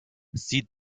sie